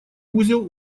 узел